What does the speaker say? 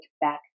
back